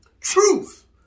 Truth